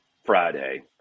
Friday